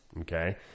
Okay